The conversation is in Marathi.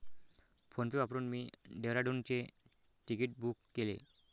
फोनपे वापरून मी डेहराडूनचे तिकीट बुक केले